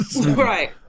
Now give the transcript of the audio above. right